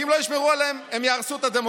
כי אם לא ישמרו עליהם הם יהרסו את הדמוקרטיה.